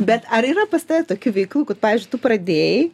bet ar yra pas tave tokių veiklų kad pavyzdžiui tu pradėjai